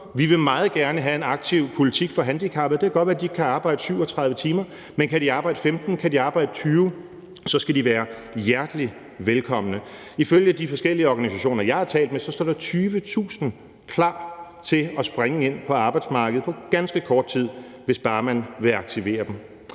Vi vil meget gerne have en aktiv politik for handicappede. Det kan godt være, de ikke kan arbejde 37 timer om ugen, men kan de arbejde 15 timer eller kan de arbejde 20 timer, skal de være hjertelig velkomne. Ifølge de forskellige organisationer, jeg har talt med, står 20.000 klar til at springe ind på arbejdsmarkedet på ganske kort tid, hvis bare man vil aktivere dem.